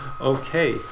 Okay